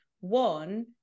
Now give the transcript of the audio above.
One